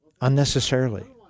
unnecessarily